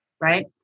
right